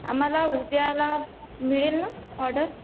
आम्हाला उद्याला मिळेल ना ऑर्डर